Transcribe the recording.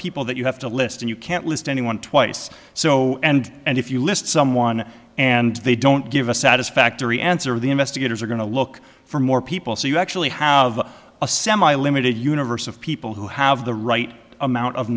people that you have to list and you can't list anyone twice so and and if you list someone and they don't give a satisfactory answer the investigators are going to look for more people so you actually have a semi limited universe of people who have the right amount of